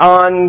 on